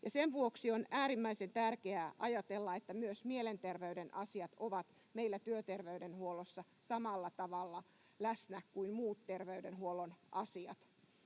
Sen vuoksi on äärimmäisen tärkeää ajatella, että myös mielenterveyden asiat ovat meillä työterveydenhuollossa samalla tavalla läsnä kuin muut terveydenhuollon asiat.